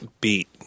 beat